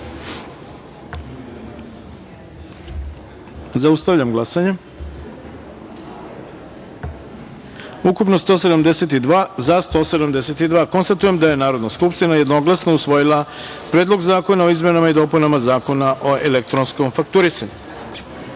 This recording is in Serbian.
taster. Zaustavljam glasanje: Ukupno - 172, za – 172.Konstatujem da je Narodna skupština jednoglasno usvojila Predlog zakona o izmenama i dopunama Zakona o elektronskom fakturisanju. Deveta